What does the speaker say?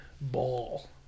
ball